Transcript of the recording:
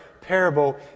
parable